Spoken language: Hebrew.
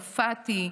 קפאתי.